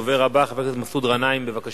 הדובר הבא, חבר הכנסת מסעוד גנאים, בבקשה.